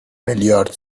میلیارد